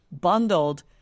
bundled